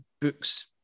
books